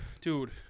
Dude